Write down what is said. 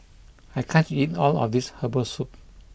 I can't eat all of this Herbal Soup